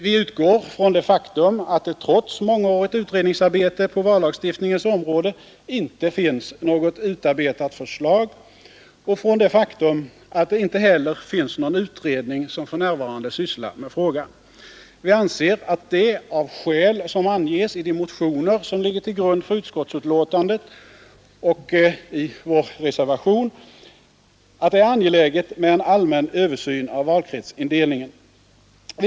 Vi utgår från det faktum att det trots mångårigt utredningsarbete på vallagstiftningens område inte finns något utarbetat förslag och från det faktum att inte heller någon utredning för närvarande sysslar med frågan. Vi anser, av skäl som anges i de motioner som ligger till grund för utskottsbetänkandet och i vår reservation, att det är angeläget med en allmän översyn av valkretsindelningen.